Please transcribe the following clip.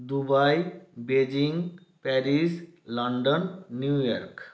Dubai Beijing Paris London New York